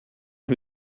who